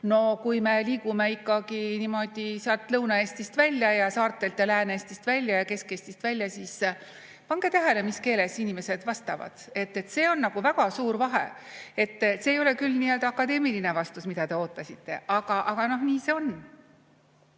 no kui me liigume ikkagi Lõuna-Eestist välja ja saartelt ja Lääne-Eestist välja ja Kesk-Eestist välja, siis pange tähele, mis keeles inimesed vastavad. See on väga suur vahe. See ei ole küll nii‑öelda akadeemiline vastus, mida te ootasite, aga nii see on.